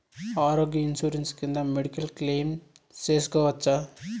ఆరోగ్య ఇన్సూరెన్సు కింద medical claim సేసుకోవచ్చా?